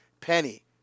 penny